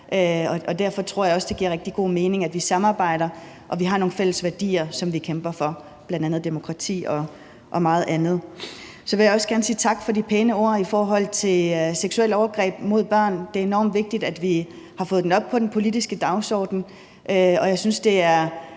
derfor tror jeg også, det giver rigtig god mening, at vi samarbejder og vi har nogle fælles værdier, som vi kæmper for, bl.a. demokrati og meget andet. Så vil jeg også gerne sige tak for de pæne ord i forbindelse med seksuelle overgreb mod børn. Det er enormt vigtigt, at vi har fået det på den politiske dagsorden,